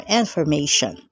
information